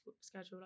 schedule